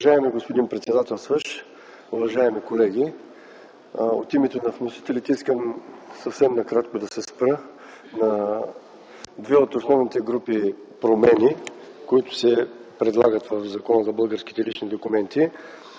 Уважаеми господин председател, уважаеми колеги! От името на вносителите искам съвсем накратко да се спра на две от основните групи промени, които се предлагат в Законопроекта за българските лични документи.